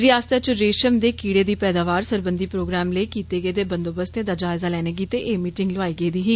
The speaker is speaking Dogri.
रिआसता च रेषम दे कीड़ें दी पैदावार सरबंधी प्रोग्राम लेई कीते गेदे बंदोबस्तें दा जायजा लैने गितै एह मीटिंग लोआई गेदी ही